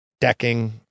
decking